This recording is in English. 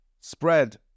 spread